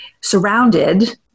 surrounded